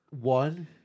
One